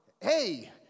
hey